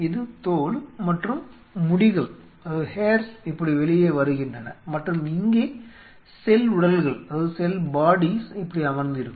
இது தோல் மற்றும் முடிகள் இப்படி வெளியே வருகின்றன மற்றும் இங்கே செல் உடல்கள் இப்படி அமர்ந்திருக்கும்